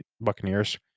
Buccaneers